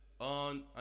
on